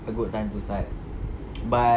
a good time to start but